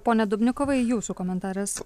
pone dubnikovai jūsų komentaras